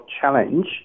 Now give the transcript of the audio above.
challenge